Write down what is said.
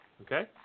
Okay